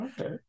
Okay